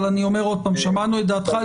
אבל אני אומר עוד פעם, שמענו את דעתך.